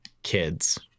kids